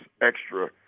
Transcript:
extra